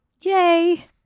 Yay